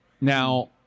Now